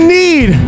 need